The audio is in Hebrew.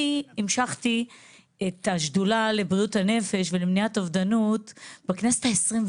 אני המשכתי את השדולה לבריאות הנפש ולמניעת אובדנות בכנסת ה-21.